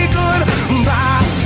goodbye